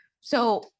So-